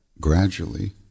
gradually